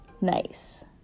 nice